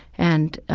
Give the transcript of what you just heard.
and